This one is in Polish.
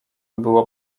było